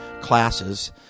classes